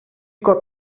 got